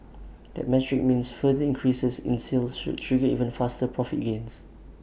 that metric means further increases in sales should trigger even faster profit gains